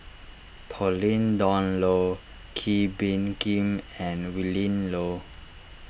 Pauline Dawn Loh Kee Bee Khim and Willin Low